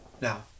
Now